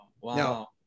Wow